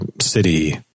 city